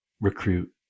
recruit